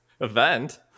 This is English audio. event